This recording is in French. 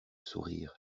sourire